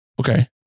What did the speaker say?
Okay